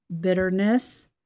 bitterness